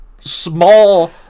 small